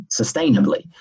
sustainably